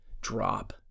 drop